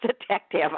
detective